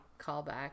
callback